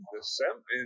December